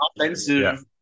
offensive